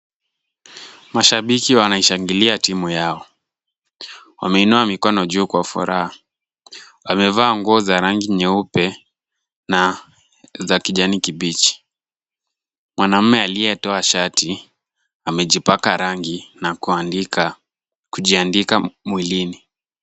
Mashabiki wanaishangilia timu yao. Wameinua mikono juu kwa furaha. Wamevaa nguo za rangi nyeupe na za kijani kibichi. Mwanamume aliyetoa shati amejipaka rangi na kujiandika mwilini.